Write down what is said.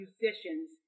musicians